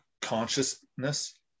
consciousness